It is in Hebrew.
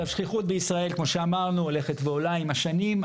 שכיחות בישראל, כמו שאמרנו, הולכת ועולה עם השנים.